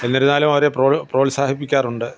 എന്നിരുന്നാലും അവരെ പ്രോത്സാഹിപ്പിക്കാറുണ്ട്